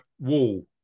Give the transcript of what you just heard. wall